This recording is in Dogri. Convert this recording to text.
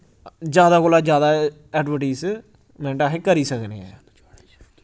ज्यादा कोला ज्यादा एडवरटीजमैंट अस करी सकने आं